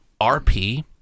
rp